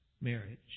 marriage